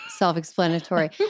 self-explanatory